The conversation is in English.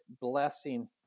blessing